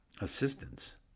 assistance